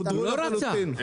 הוא לא רצה.